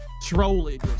trolling